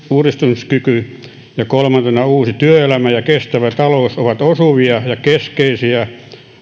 uudistumiskyky ja kolmantena uusi työelämä ja kestävä talous ovat osuvia ja keskeisiä